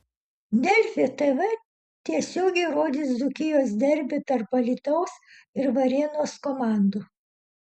delfi tv tiesiogiai rodys dzūkijos derbį tarp alytaus ir varėnos komandų